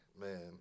Man